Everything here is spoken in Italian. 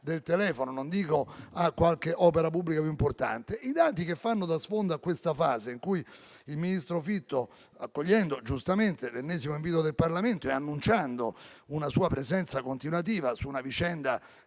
del telefono, non dico a qualche opera pubblica più importante. Veniamo ai dati che fanno da sfondo a questa fase, in cui il ministro Fitto, accogliendo giustamente l'ennesimo invito del Parlamento, ha annunciato una sua presenza continuativa su una vicenda